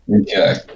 Okay